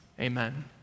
Amen